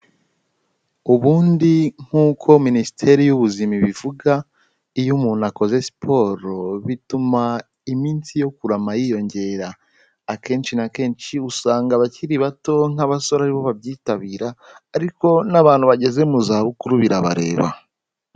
Ubundi nk'uko Minisiteri y'Ubuzima ibivuga, iyo umuntu akoze siporo bituma iminsi yo kurama yiyongera, akenshi na kenshi usanga abakiri bato nk'abasore ari bo babyitabira, ariko n'abantu bageze mu zabukuru birabareba.